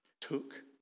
Took